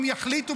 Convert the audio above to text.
אם יחליטו,